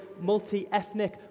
multi-ethnic